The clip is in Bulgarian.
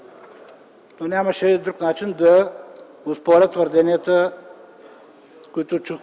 но нямаше друг начин да оспоря твърденията, които чух